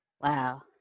Wow